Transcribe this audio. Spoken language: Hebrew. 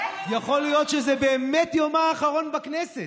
יכול להיות שזה באמת יומה האחרון בכנסת,